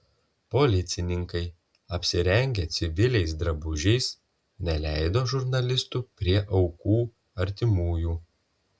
policininkai apsirengę civiliais drabužiais neleido žurnalistų prie aukų artimųjų